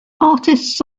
artists